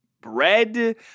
bread